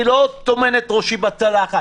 אני לא טומן את ראשי בצלחת.